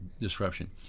Disruption